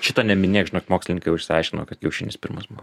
šito neminėk žinok mokslininkai jau išsiaiškino kad kiaušinis pirmas buvo